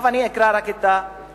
עכשיו אני אקרא רק את ההסבר: